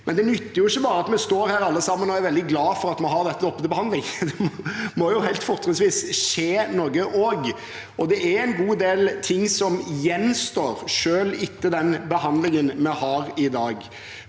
Men det nytter ikke bare at vi står her alle sammen og er veldig glade for at vi har dette oppe til behandling. Det må fortrinnsvis skje noe også, og det er en god del ting som gjenstår, selv etter den behandlingen vi har i dag.